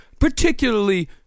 Particularly